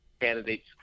Candidates